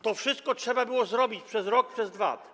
To wszystko trzeba było zrobić przez rok, przez 2 lata.